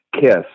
kiss